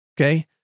Okay